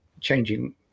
changing